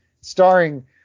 starring –